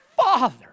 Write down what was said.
Father